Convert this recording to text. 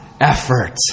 effort